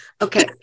Okay